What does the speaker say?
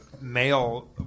male